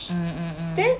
um um um